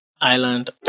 Island